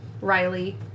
Riley